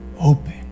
open